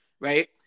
right